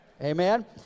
Amen